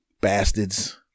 bastards